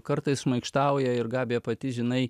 kartais šmaikštauja ir gabija pati žinai